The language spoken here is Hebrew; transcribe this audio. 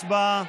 הצבעה.